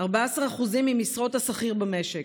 14% ממשרות השכיר במשק,